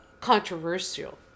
Controversial